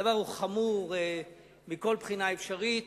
הדבר הוא חמור מכל בחינה אפשרית.